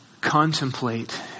contemplate